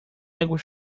águas